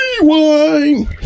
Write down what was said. Rewind